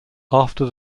after